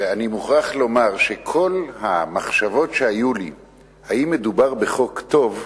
ואני מוכרח לומר שכל המחשבות שהיו לי אם מדובר בחוק טוב,